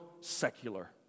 secular